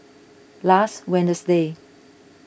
last Wednesday